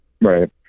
Right